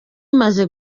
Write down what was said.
imaze